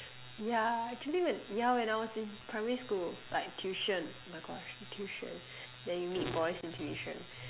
yeah actually when yeah when I was in primary school like tuition my gosh in tuition then you meet boys in tuition